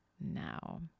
now